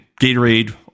Gatorade